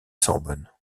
sorbonne